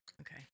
Okay